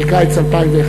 קיץ 2011,